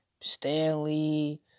Stanley